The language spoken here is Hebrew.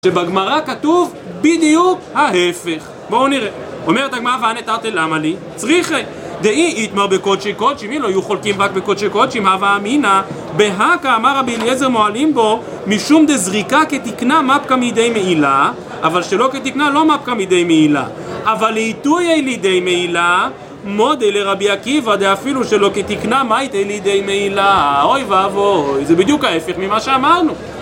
שבגמרא כתוב בדיוק ההיפך. בואו נראה: אומרת הגמרא "והני תרתי למה לי? צריכי דאי איתמר בקודשי קודשים", אם לא יהיו חולקים רק בקודשי קודשים, "הוה אמינא - בהא קא אמר רבי אליעזר, מועלין בו משום דזריקה כתיקנה מפקא מידי מעילה", אבל שלא כתיקנה - "לא מפקא מידי מעילה. אבל לאיתויי לידי מעילה מודי לרבי עקיבא דאפילו שלא כתיקנה, מייתא לידי מעילה". אוי ואבוי, זה בדיוק ההיפך ממה שאמרנו!